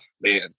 man